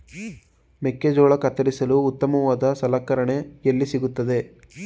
ಮೆಕ್ಕೆಜೋಳ ಕತ್ತರಿಸಲು ಉತ್ತಮವಾದ ಸಲಕರಣೆ ಎಲ್ಲಿ ಸಿಗುತ್ತದೆ?